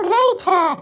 later